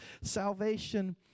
salvation